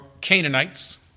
Canaanites